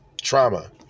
trauma